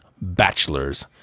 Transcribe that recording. bachelors